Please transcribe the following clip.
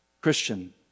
Christian